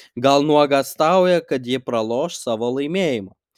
gal nuogąstauja kad ji praloš savo laimėjimą